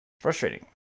frustrating